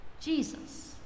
Jesus